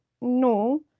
no